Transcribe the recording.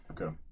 Okay